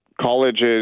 colleges